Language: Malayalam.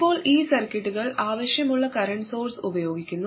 ഇപ്പോൾ ഈ സർക്യൂട്ടുകൾ ആവശ്യമുള്ള കറന്റ് സോഴ്സ് ഉപയോഗിക്കുന്നു